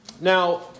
Now